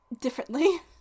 differently